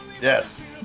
Yes